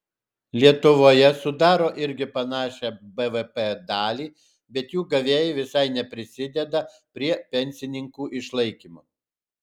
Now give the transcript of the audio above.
lietuvoje sudaro irgi panašią bvp dalį bet jų gavėjai visai neprisideda prie pensininkų išlaikymo